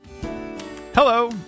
Hello